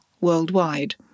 worldwide